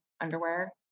underwear